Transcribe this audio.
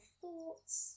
thoughts